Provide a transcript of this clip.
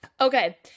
Okay